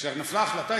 כשנפלה ההחלטה,